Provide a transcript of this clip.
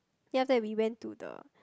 then after that we went to the